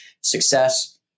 success